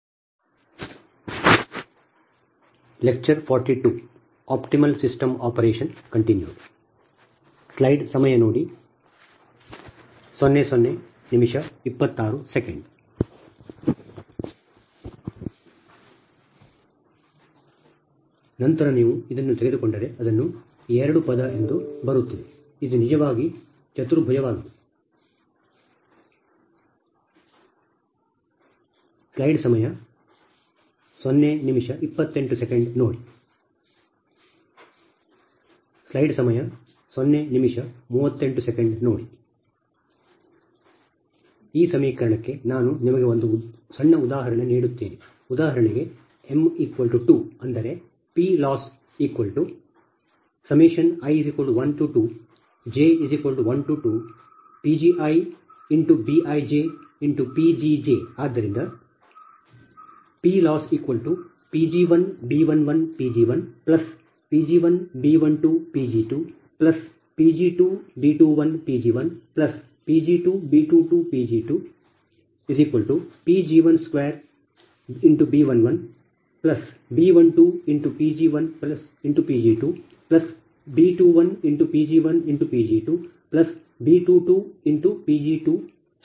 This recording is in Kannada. ನಂತರ ನೀವು ಇದನ್ನು ತೆಗೆದುಕೊಂಡರೆ ಅದು 2 ಪದ ಎಂದು ಬರುತ್ತಿದೆ ಅದು ನಿಜವಾಗಿ ಚತುರ್ಭುಜವಾಗಿದೆ ಈ ಸಮೀಕರಣಕ್ಕೆ ನಾನು ನಿಮಗೆ ಒಂದು ಸಣ್ಣ ಉದಾಹರಣೆ ನೀಡುತ್ತೇನೆ ಉದಾಹರಣೆಗೆ m 2 ಅಂದರೆ PLossi12j12PgiBijPgj ಆದ್ದರಿಂದ PLossPg1B11Pg1Pg1B12Pg2Pg2B21Pg1Pg2B22Pg2Pg12B11B12Pg1Pg2B21Pg1Pg2B22Pg22 ಸಮಾನವಾಗಿರುತ್ತದೆ